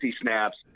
snaps